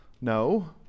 No